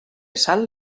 sal